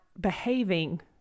behaving